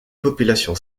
population